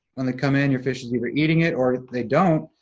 when they come in, your fish is either eating it or they don't,